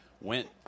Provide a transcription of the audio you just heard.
went